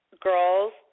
girls